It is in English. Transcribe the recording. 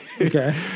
Okay